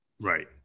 Right